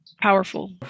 Powerful